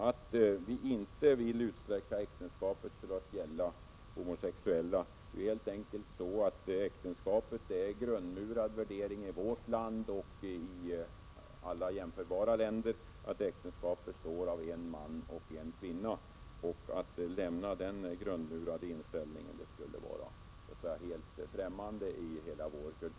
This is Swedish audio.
Att vi inte vill utsträcka äktenskapet till att gälla homosexuella beror helt enkelt på att det är en grundmurad värdering i vårt land och i alla jämförbara länder att äktenskapet ingås av en man och en kvinna. Att lämna denna grundmurade inställning skulle vara helt främmande för vår kulturkrets.